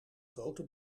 grote